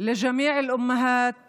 לכל האימהות